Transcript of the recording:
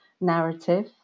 narrative